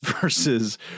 versus